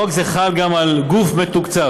חוק זה חל גם על "גוף מתוקצב",